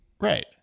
Right